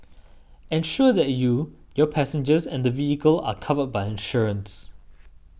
ensure that you your passengers and the vehicle are covered by insurance